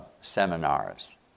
seminars